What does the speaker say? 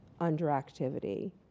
underactivity